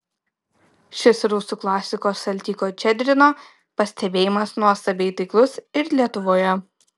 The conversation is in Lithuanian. šis rusų klasiko saltykovo ščedrino pastebėjimas nuostabiai taiklus ir lietuvoje